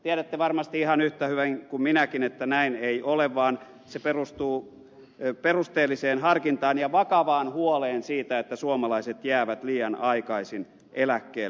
tiedätte varmasti ihan yhtä hyvin kuin minäkin että näin ei ole vaan se perustuu perusteelliseen harkintaan ja vakavaan huoleen siitä että suomalaiset jäävät liian aikaisin eläkkeelle